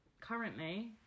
Currently